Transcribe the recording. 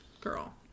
girl